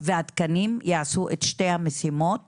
והתקנים יעשו את שתי המשימות